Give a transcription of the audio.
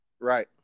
Right